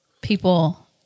people